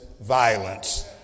violence